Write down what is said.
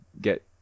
get